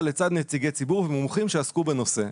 לצד נציגי ציבור ומומחים שעסקו בנושא.